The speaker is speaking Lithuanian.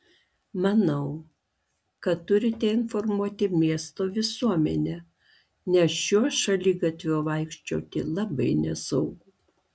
manau kad turite informuoti miesto visuomenę nes šiuo šaligatviu vaikščioti labai nesaugu